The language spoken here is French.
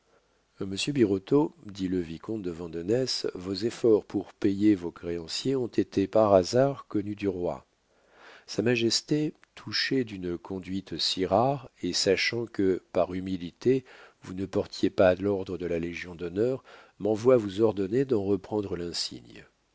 monsieur birotteau dit le vicomte de vandenesse vos efforts pour payer vos créanciers ont été par hasard connus du roi sa majesté touchée d'une conduite si rare et sachant que par humilité vous ne portiez pas l'ordre de la légion-d'honneur m'envoie vous ordonner d'en reprendre l'insigne